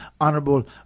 honorable